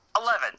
Eleven